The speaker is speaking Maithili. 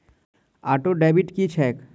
ऑटोडेबिट की छैक?